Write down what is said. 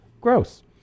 gross